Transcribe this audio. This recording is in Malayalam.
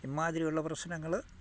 ഇമ്മാതിരിയുള്ള പ്രശ്നങ്ങൾ